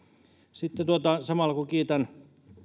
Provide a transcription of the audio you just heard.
sitten samalla kun kiitän